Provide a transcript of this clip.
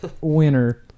winner